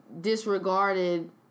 disregarded